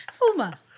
Uma